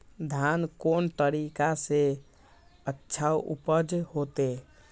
धान कोन तरीका से अच्छा उपज होते?